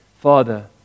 Father